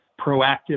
proactive